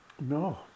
No